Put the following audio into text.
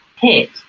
hit